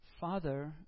father